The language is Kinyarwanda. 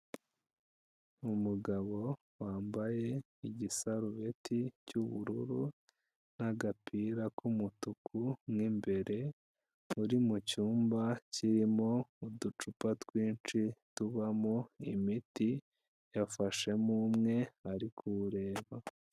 Umugabo wambaye igisarubeti cy'ubururu n'agapira k'umutuku mo imbere, uri mu cyumba kirimo uducupa twinshi tubamo imiti, yafashemo umwe ari kuwureba.